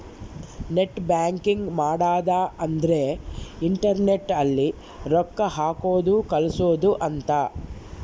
net banking ಮಾಡದ ಅಂದ್ರೆ internet ಅಲ್ಲೆ ರೊಕ್ಕ ಹಾಕೋದು ಕಳ್ಸೋದು ಅಂತ